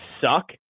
suck